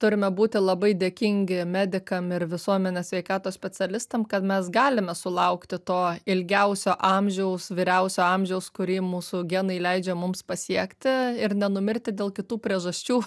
turime būti labai dėkingi medikam ir visuomenės sveikatos specialistam kad mes galime sulaukti to ilgiausio amžiaus vyriausio amžiaus kurį mūsų genai leidžia mums pasiekti ir nenumirti dėl kitų priežasčių